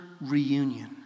reunion